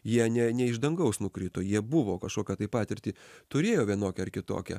jie ne ne iš dangaus nukrito jie buvo kažkokią tai patirtį turėjo vienokią ar kitokią